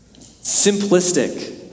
simplistic